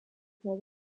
while